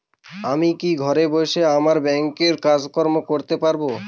আমি কি ঘরে বসে আমার ব্যাংকের কাজকর্ম করতে পারব?